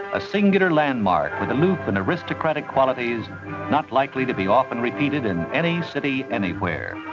a singular landmark with an and aristocratic quantity is not likely to be often repeated in any city anywhere.